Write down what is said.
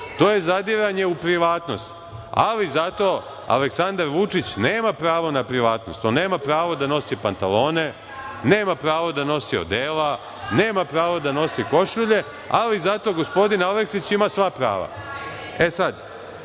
to je zadiranje u privatnost. Ali, zato Aleksandar Vučić nema pravo na privatnost, on nema pravo da nosi pantalone, nema pravo da nosi odela, nema pravo da nosi košulje, ali zato gospodin Aleksić ima sva prava. Da ja